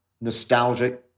nostalgic